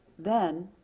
then,